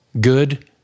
Good